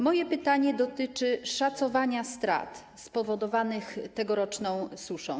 Moje pytanie dotyczy szacowania strat spowodowanych przez tegoroczną suszę.